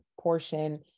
portion